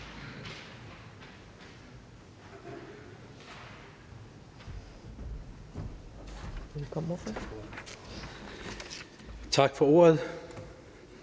Tak for ordet.